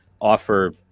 offer